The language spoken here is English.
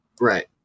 Right